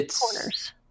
corners